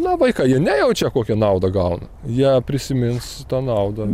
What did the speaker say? labai ką jie nejaučia kokią naudą gauna jie prisimins tą naudą